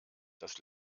das